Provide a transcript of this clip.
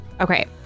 Okay